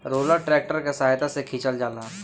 roller tractor के सहायता से खिचल जाला